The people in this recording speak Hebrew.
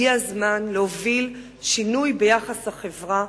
הגיע הזמן להוביל שינוי ביחס החברה,